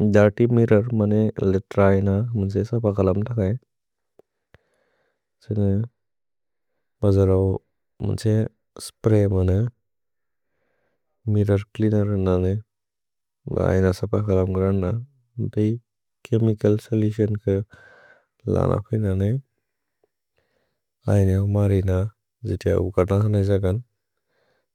धति mirror मने litre ऐन मुन्से सप कलम् तक ए। से न बजरौ मुन्से स्प्रय् मने मिरर् च्लेअनेर् न ने। भ ऐन सप कलम् ग्रन्द। देय् छेमिचल् सोलुतिओन् क लन पे न ने। ऐन उमरि न जिति औकत हन इस गन्ध्।